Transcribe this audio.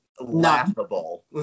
laughable